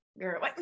Girl